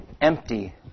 empty